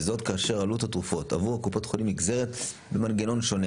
וזאת כאשר עלות התרופות עבור קופות החולים נגזרת במנגנון שונה